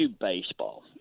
baseball